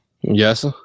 yes